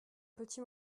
petit